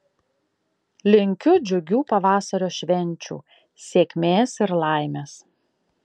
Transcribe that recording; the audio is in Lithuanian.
linkiu džiugių pavasario švenčių sėkmės ir laimės